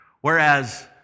Whereas